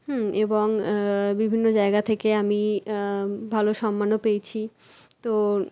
হুম এবং বিভিন্ন জায়গা থেকে আমি ভালো সম্মানও পেয়েছি তো